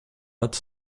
hâte